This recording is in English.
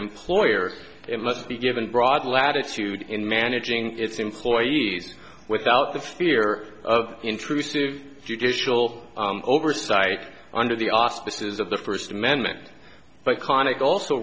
employer it must be given broad latitude in managing its employees without the fear of intrusive judicial oversight under the auspices of the first amendment but connick also